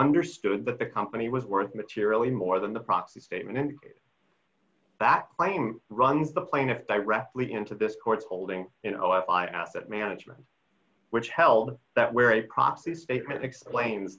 understood that the company was worth materially more than the proxy statement that claim runs the plaintiff directly into this court's holding you know i asset management which held that where a profit statement explains